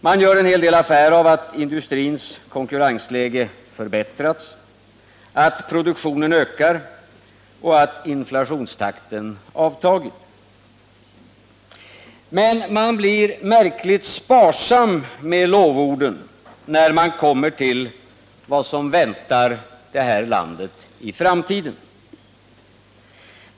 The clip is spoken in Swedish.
Man gör en hel del affär av att industrins konkurrensläge förbättrats, att produktionen ökar och att inflationstakten avtagit. Men man blir märkvärdigt sparsam med lovorden när man kommer till vad som väntar det här landet i framtiden.